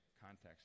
context